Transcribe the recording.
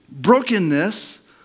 Brokenness